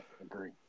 agree